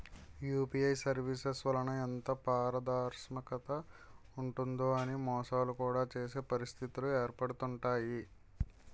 UPI services వలన ఎంత పారదర్శకత ఉంటుందో అని మోసాలు కూడా చేసే పరిస్థితిలు ఏర్పడుతుంటాయి